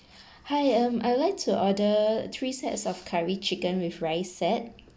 hi um I will like to order three sets of curry chicken with rice set